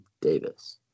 davis